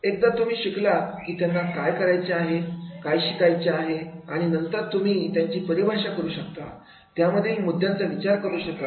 एकदा तुम्ही शिकला कि त्यांना काय शिकायचे आणि आणि नंतर तुम्ही त्याची परिभाषा करू शकता त्यामधील मुद्यांचा विचार करू शकाल